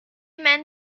men